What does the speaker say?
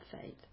faith